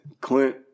Clint